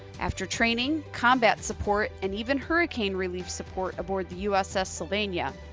after training combat support, and even hurricane relief support aboard the uss sylvania.